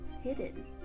hidden